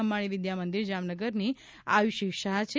અંબાણી વિદ્યામંદિર જામનગરની આયુષી શાહ છે